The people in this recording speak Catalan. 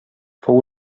fou